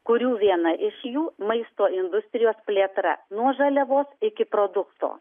kurių viena iš jų maisto industrijos plėtra nuo žaliavos iki produkto